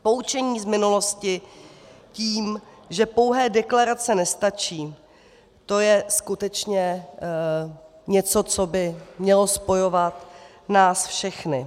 Poučení z minulosti tím, že pouhé deklarace nestačí, to je skutečně něco, co by mělo spojovat nás všechny.